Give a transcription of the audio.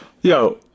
Yo